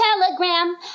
Telegram